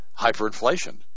hyperinflation